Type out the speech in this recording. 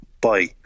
bye